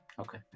okay